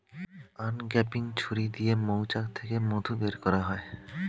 uncapping ছুরি দিয়ে মৌচাক থেকে মধু বের করা হয়